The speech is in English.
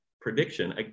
prediction